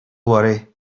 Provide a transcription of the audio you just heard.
worry